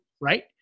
Right